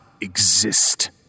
exist